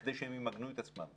כדי שהם ימגנו את עצמם.